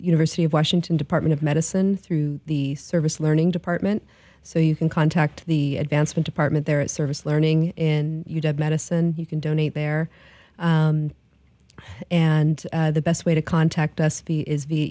university of washington department of medicine through the service learning department so you can contact the advancement apartment there it service learning in your medicine you can donate there and the best way to contact us fi is